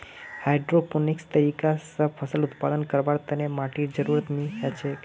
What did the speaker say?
हाइड्रोपोनिक्सेर तरीका स फसल उत्पादन करवार तने माटीर जरुरत नी हछेक